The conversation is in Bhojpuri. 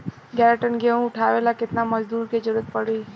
ग्यारह टन गेहूं उठावेला केतना मजदूर के जरुरत पूरी?